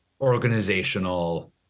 organizational